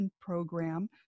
program